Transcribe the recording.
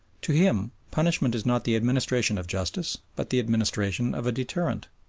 to him punishment is not the administration of justice but the administration of a deterrent.